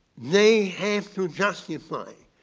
they have to justify